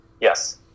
Yes